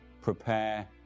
Prepare